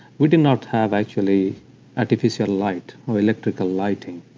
we did not have actually artificial light or electrical lighting,